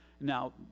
now